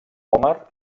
vòmer